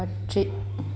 പക്ഷി